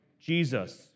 Jesus